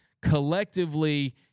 collectively